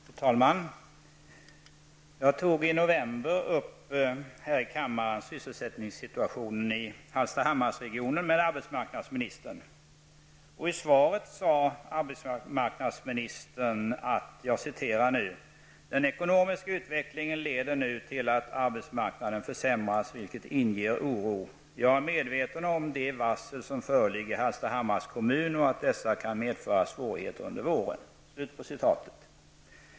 Fru talman! Jag tog i november här i kammaren upp sysselsättningssituationen i Hallstahammarregionen med arbetsmarknadsministern. I svaret sade arbetsmarknadsministern: ''Den ekonomiska utvecklingen leder nu till att arbetsmarknaden försämras, vilket inger oro. Jag är medveten om de varsel som föreligger i Hallstahammars kommun och att dessa kan medföra svårigheter under våren.''